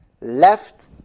left